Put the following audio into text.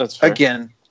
Again